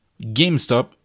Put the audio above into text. GameStop